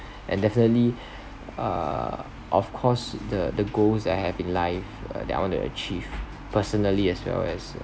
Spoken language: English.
and definitely err of course the the goals that I have in life that I want to achieve personally as well as